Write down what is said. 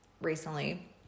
recently